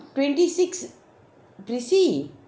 twenty six prissy